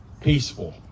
peaceful